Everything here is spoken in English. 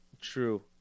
True